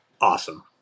awesome